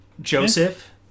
Joseph